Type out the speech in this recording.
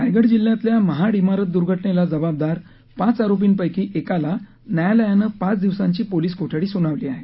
रायगड जिल्ह्यातल्या महाड िारत दूर्घटनेला जबाबदार पाच आरोपींपैकी एकाला न्यायालयानं पाच दिवसांची पोलीस कोठडी सुनावली आहे